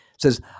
says